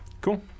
cool